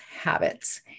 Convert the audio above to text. habits